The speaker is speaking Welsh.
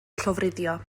llofruddio